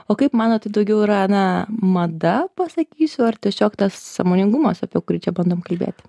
o kaip manote daugiau yra na mada pasakysiu ar tiesiog tas sąmoningumas apie kurį čia bandom kalbėti